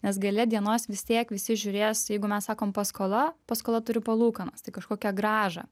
nes gale dienos vis tiek visi žiūrės jeigu mes sakom paskola paskola turi palūkanas tai kažkokią grąžą